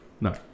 No